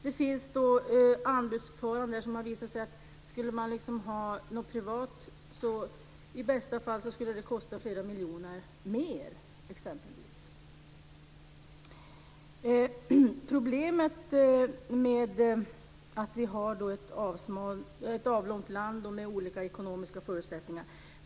Det finns anbudsförfaranden som har visat att skulle man ha något privat skulle det i bästa fall kosta flera miljoner kronor mer. Problemet är att vi har ett avlångt land med olika ekonomiska förutsättningar.